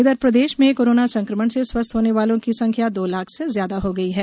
इधर प्रदेश में कोरोना संक्रमण से स्वस्थ होने वालों की संख्या दो लाख से ज्यादा हो गई है